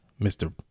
Mr